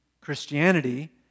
Christianity